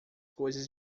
coisas